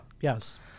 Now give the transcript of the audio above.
Yes